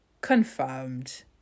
confirmed